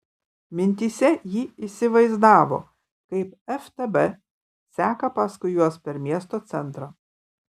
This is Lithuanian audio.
mintyse ji įsivaizdavo kaip ftb seka paskui juos per miesto centrą